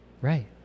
right